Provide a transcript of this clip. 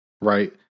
right